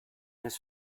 his